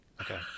Okay